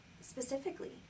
specifically